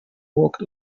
walked